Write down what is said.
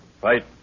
fight